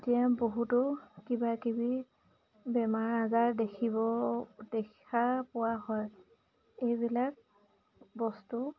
এতিয়া বহুতো কিবাকিবি বেমাৰ আজাৰ দেখিব দেখা পোৱা হয় এইবিলাক বস্তু